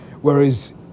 Whereas